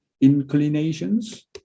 inclinations